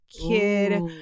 kid